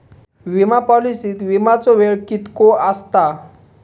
विमा पॉलिसीत विमाचो वेळ कीतको आसता?